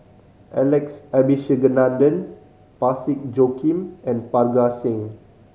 Alex Abisheganaden Parsick Joaquim and Parga Singh